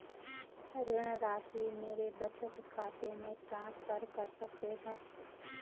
ऋण राशि मेरे बचत खाते में ट्रांसफर कर सकते हैं?